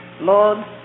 Lord